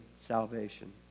salvation